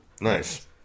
Nice